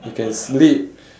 he can sleep